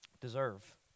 deserve